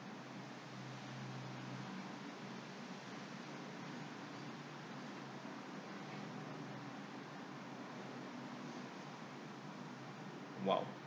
!wow!